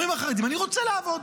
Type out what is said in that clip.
אומרים החרדים: אני רוצה לעבוד.